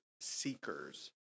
seekers